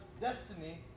destiny